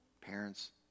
Parents